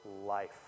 life